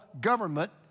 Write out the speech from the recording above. government